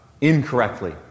incorrectly